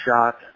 shot